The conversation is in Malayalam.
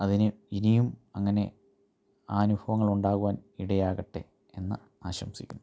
അതിന് ഇനിയും അങ്ങനെ ആ അനുഭവങ്ങൾ ഉണ്ടാകുവാൻ ഇടയാകട്ടെ എന്ന് ആശംസിക്കുന്നു